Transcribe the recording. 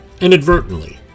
inadvertently